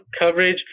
coverage